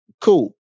cool